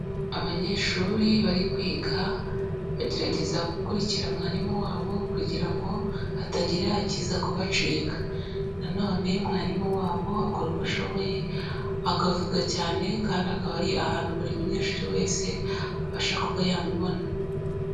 Abanyeshuri bari kwiga bagerageza gukurikira mwarimu wabo kugira ngo hatagira akiza kubacika. Na none mwarimu wabo akora uko ashoboye akavuga cyane kandi akaba ari ahantu buri munyeshuri wese abasha kuba yamubona.